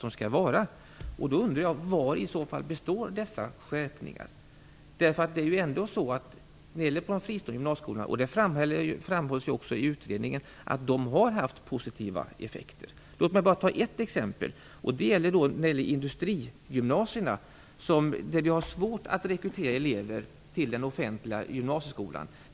I så fall undrar jag vad dessa skärpningar består av. Som framhålls i utredningen har de fristående gymnasieskolorna haft positiva effekter. Låt mig bara ta ett exempel som gäller industriprogrammen, där det har varit svårt att rekrytera elever till den offentliga gymnasieskolan.